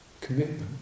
commitment